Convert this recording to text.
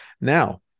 now